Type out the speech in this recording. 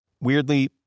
Weirdly